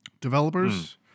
developers